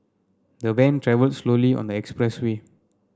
the van travelled slowly on the expressway